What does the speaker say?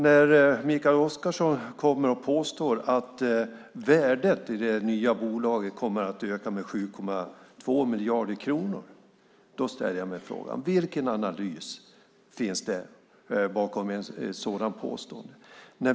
När Mikael Oscarsson påstår att värdet i det nya bolaget kommer att öka med 7,2 miljarder kronor ställer jag mig frågan: Vilken analys finns det bakom ett sådant påstående?